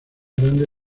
grande